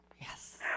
Yes